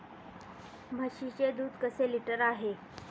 म्हशीचे दूध कसे लिटर आहे?